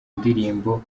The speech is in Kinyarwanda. ndirimbo